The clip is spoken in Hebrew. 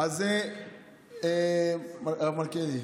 הרב מלכיאלי,